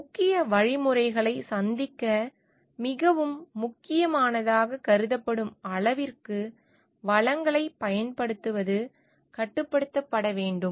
முக்கிய வழிமுறைகளைச் சந்திக்க மிகவும் முக்கியமானதாக கருதப்படும் அளவிற்கு வளங்களைப் பயன்படுத்துவது கட்டுப்படுத்தப்பட வேண்டும்